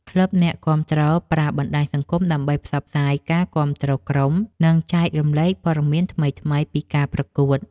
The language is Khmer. ក្លឹបអ្នកគាំទ្រប្រើបណ្តាញសង្គមដើម្បីផ្សព្វផ្សាយការគាំទ្រក្រុម និងចែករំលែកព័ត៌មានថ្មីៗពីការប្រកួត។